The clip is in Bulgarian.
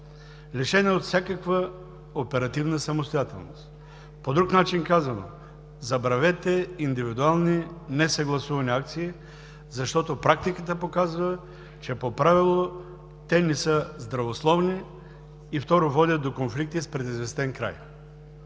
Лишен е от всякаква оперативна самостоятелност. По друг начин казано – забравете индивидуални несъгласувани акции, защото практиката показва, че по правило те не са здравословни и, второ, водят до конфликти с предизвестен край.